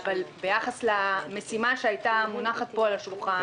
אבל ביחס למשימה שהיתה מונחת פה על השולחן,